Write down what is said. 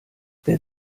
der